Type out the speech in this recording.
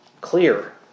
clear